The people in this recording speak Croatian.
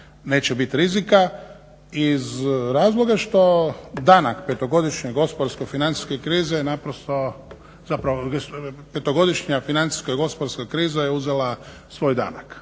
neće biti rizika iz razloga što danak 5-godišnje gospodarsko-financijske krize je naprosto zapravo 5-godišnja financijska i gospodarska kriza je uzela svoj danak.